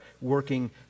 working